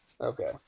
Okay